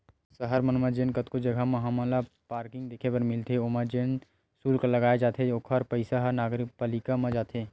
सहर मन म जेन कतको जघा म हमन ल पारकिंग देखे बर मिलथे ओमा जेन सुल्क लगाए जाथे ओखर पइसा ह नगरपालिका म जाथे